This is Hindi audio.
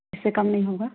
इससे कम नहीं होगा